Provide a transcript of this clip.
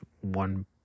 one